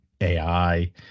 AI